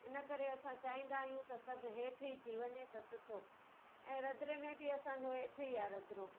इन करे असां चाहींदा आहियूं त सभु हेठि ई थी वञे त सुठो ऐं रंधिणे में बि असांजो हेठि ई आहे रंधिणो